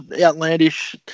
outlandish